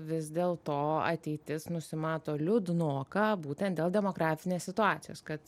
vis dėlto ateitis nusimato liūdnoka būten dėl demografinės situacijos kad